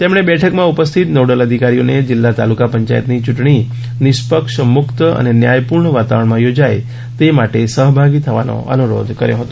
તેમણે બેઠકમાં ઉપસ્થિનત નોડલ અધિકારીઓને જિલ્લામતાલુકા પંચાયતન્ય્રીટણી નિષ્પરક્ષ મુકત અને ન્યાથયપૂર્ણ વાતાવરણમાં યોજાય તે માટે સહભાગી થવાનો અનુરોધ કર્યો હતો